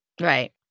Right